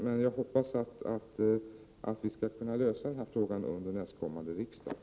Men jag hoppas att vi skall kunna lösa frågan under nästkommande riksmöte.